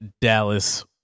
dallas